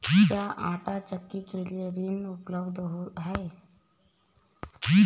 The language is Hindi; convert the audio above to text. क्या आंटा चक्की के लिए कोई ऋण उपलब्ध है?